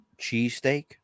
cheesesteak